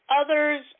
Others